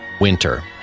winter